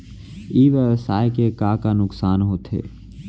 ई व्यवसाय के का का नुक़सान होथे?